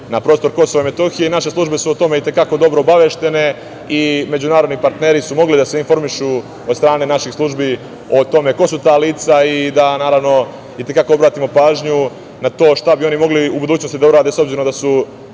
na prostor Kosova i Metohije i naše službe su o tome i te kako dobro obaveštene i međunarodni partneri su mogli da se informišu od strane naših službi o tome ko su ta lica i da, naravno, i te kako obratimo pažnju na to šta bi oni mogli u budućnosti da urade, s obzirom da su